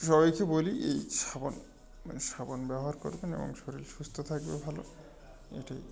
সবাইকে বলি এই সাবান মানে সাবান ব্যবহার করবেন এবং শরীর সুস্থ থাকবে ভালো এটাই